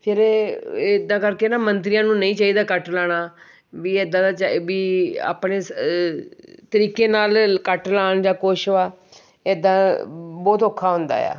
ਫਿਰ ਇੱਦਾਂ ਕਰਕੇ ਨਾ ਮੰਤਰੀਆਂ ਨੂੰ ਨਹੀਂ ਚਾਹੀਦਾ ਕੱਟ ਲਾਉਣਾ ਵੀ ਇੱਦਾਂ ਦਾ ਚ ਵੀ ਆਪਣੇ ਸ ਤਰੀਕੇ ਨਾਲ ਕੱਟ ਲਾਉਣ ਜਾਂ ਕੁਛ ਵਾ ਇੱਦਾਂ ਬਹੁਤ ਔਖਾ ਹੁੰਦਾ ਆ